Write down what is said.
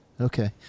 Okay